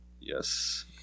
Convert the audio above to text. Yes